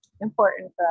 important